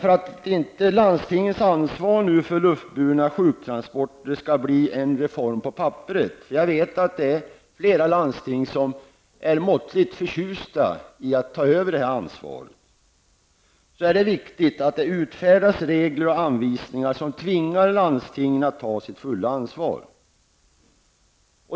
För att landstingens ansvar för luftburna sjuktransporter nu inte bara skall bli en reform på papperet -- jag vet att flera landsting är måttligt förtjusta i att ta över detta ansvar -- är det viktigt att det utfärdas regler och anvisningar som tvingar landstingen att ta sitt fulla ansvar.